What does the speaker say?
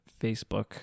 Facebook